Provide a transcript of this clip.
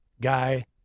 guy